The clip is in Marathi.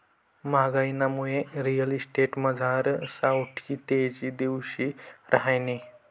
म्हागाईनामुये रिअल इस्टेटमझार सावठी तेजी दिवशी रहायनी